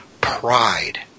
pride